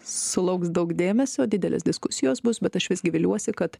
sulauks daug dėmesio didelės diskusijos bus bet aš visgi viliuosi kad